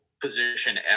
position